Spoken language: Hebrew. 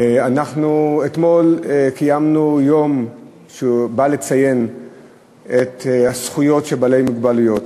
אנחנו אתמול קיימנו יום שבא לציין את הזכויות של בעלי מוגבלויות,